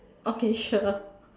okay sure